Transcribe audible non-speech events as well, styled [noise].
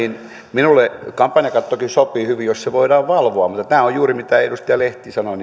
minulle kampanjakattokin sopii hyvin jos sitä voidaan valvoa mutta tämä on juuri niin kuin edustaja lehti sanoi [unintelligible]